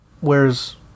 whereas